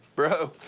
bro.